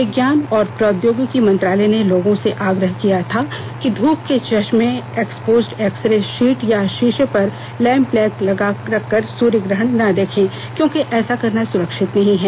विज्ञान और प्रौद्योगिकी मंत्रालय ने लोगों से आग्रह किया गया था कि ध्रप के चश्में एक्सपोज्ड एक्स रे शीट या शीशे पर लैंप ब्लैक रखकर सूर्य ग्रहण न देखें क्योंकि ऐसा करना सुरक्षित नहीं है